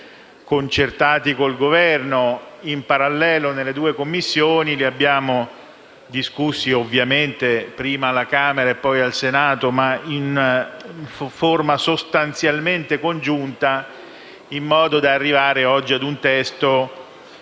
concertati con il Governo, in parallelo nelle due Commissioni; li abbiamo discussi ovviamente prima alla Camera e poi al Senato, ma in forma sostanzialmente congiunta, in modo da arrivare oggi a un testo